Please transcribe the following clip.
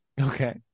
Okay